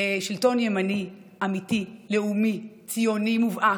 לשלטון ימני אמיתי, לאומי, ציוני מובהק,